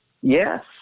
Yes